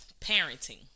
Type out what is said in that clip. parenting